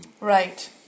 Right